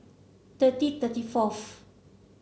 thirty thirty fourth